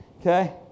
okay